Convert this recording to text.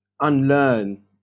unlearn